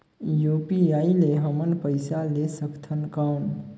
UPI ले हमन पइसा ले सकथन कौन?